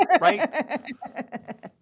right